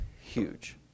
huge